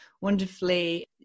wonderfully